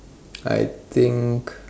I think